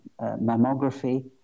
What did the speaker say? mammography